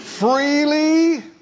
Freely